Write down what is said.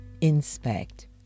inspect